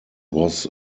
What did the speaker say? was